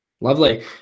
Lovely